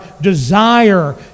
desire